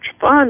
fun